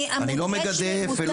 אני לא מגדף.